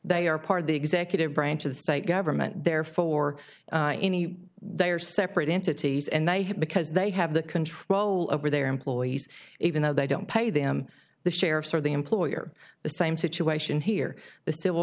they are part of the executive branch of the state government therefore any they are separate entities and they have because they have the control over their employees even though they don't pay them the sheriffs or the employer the same situation here the civil